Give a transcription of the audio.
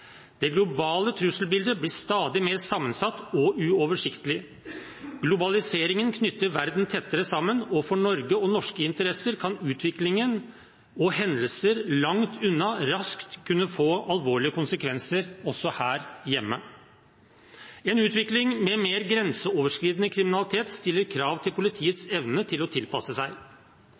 Det globale trusselbildet blir stadig mer sammensatt og uoversiktlig. Globaliseringen knytter verden tettere sammen, og for Norge og norske interesser vil utviklingen og hendelser langt unna raskt kunne få alvorlige konsekvenser, også her hjemme. En utvikling med mer grenseoverskridende kriminalitet stiller krav til politiets evne til å tilpasse seg.